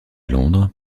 londres